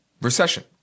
recession